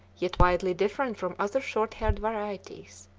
yet widely different from other short-haired varieties.